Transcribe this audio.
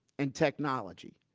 and technology,